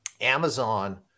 Amazon